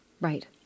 Right